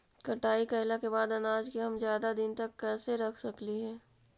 कटाई कैला के बाद अनाज के हम ज्यादा दिन तक कैसे रख सकली हे?